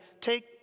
take